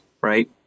Right